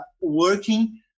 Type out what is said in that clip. working